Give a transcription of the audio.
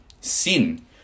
Sin